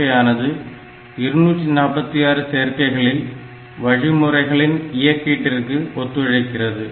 8085 ஆனது 246 சேர்க்கைகளில் வழிமுறைகளின் இயக்கீட்டிற்கு ஒத்துழைக்கிறது